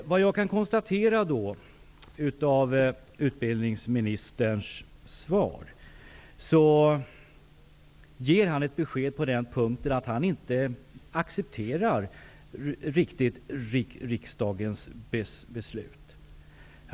Vad jag kan konstatera av utbildningsministerns svar är att han ger beskedet att han inte riktigt accepterar riksdagens beslut.